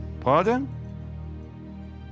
Pardon